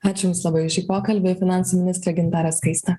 ačiū jums labai už šį pokalbį finansų ministrė gintarė skaistė